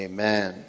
Amen